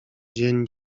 dzień